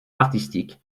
artistique